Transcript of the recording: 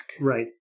Right